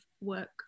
work